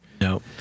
No